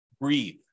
Breathe